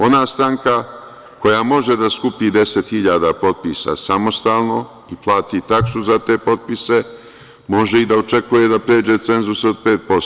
Ona stranka koja može da skupi 10.000 potpisa samostalno i plati taksu za te potpise može i da očekuje da pređe cenzus od 5%